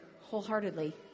wholeheartedly